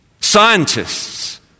scientists